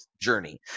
journey